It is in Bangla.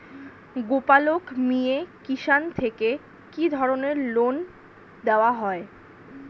গোপালক মিয়ে কিষান থেকে কি ধরনের লোন দেওয়া হয়?